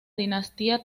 dinastía